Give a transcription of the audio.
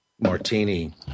Martini